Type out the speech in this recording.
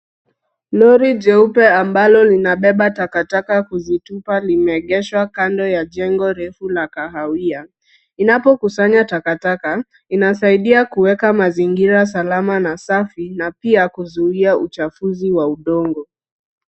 Lori jeupe ambalo linabeba takataka kuzitupa limeegeshwa kando ya jengo refu la kahawia. Inapokusanya takataka, inasaidia kuweka mazingira salama na safi na pia kuzuia uchafuzi wa udongo.